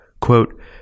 quote